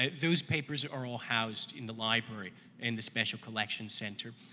ah those papers are all housed in the library in the special collection center.